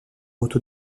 auto